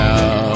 Now